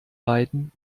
beiden